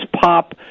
pop